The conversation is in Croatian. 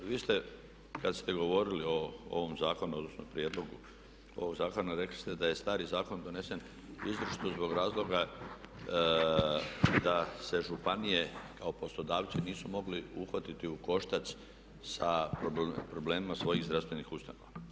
Pa vi ste kada ste govorilo o ovom zakonu, odnosno prijedlogu, ovom zakonu rekli ste da je stari zakon donesen izričito zbog razloga da se županije kao poslodavci nisu mogli uhvatiti u koštac sa problemima svojih zdravstvenih ustanova.